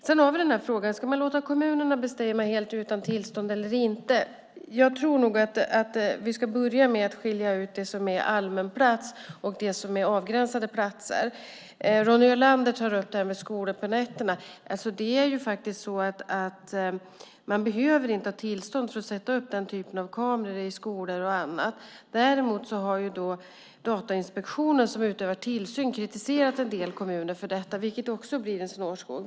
Sedan har vi frågan: Ska man låta kommunerna bestämma helt utan tillstånd eller inte? Jag tror nog att vi ska börja med att skilja på allmän plats och avgränsade platser. Ronny Olander tar upp det här med skolor på nätterna. Man behöver inte ha tillstånd för att sätta upp den typen av kameror i skolor och annat. Däremot har Datainspektionen, som utövar tillsyn, kritiserat en del kommuner för detta, vilket också leder till en snårskog.